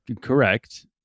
Correct